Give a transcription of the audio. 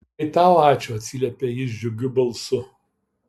tai tau ačiū atsiliepia jis džiugiu balsu